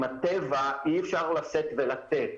עם הטבע אי אפשר לשאת ולתת.